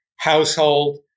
Household